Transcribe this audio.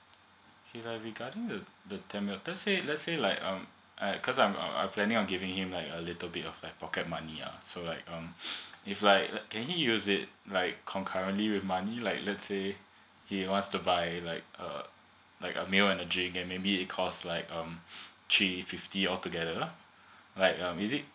okay like regarding the the ten meals let's say let's say like um I I cause I'm I'm planning on giving him like a little bit of like pocket money uh so like um if like can he use it like concurrently with money like let's say he wants to buy a like a like a meal and a drink then maybe cause like um three fifty all together lah is it